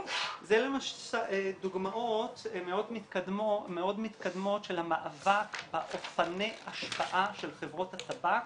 אלה דוגמאות מאוד מתקדמות של המאבק באופני ההשפעה של חברות הטבק